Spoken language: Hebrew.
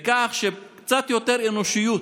וקצת יותר אנושיות.